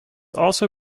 also